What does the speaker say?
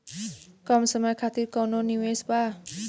कम समय खातिर कौनो निवेश बा?